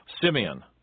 Simeon